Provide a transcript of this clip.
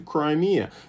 Crimea